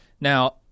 Now